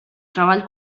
treball